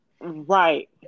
Right